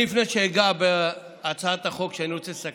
לפני שאגע בהצעת החוק שאני רוצה לסכם,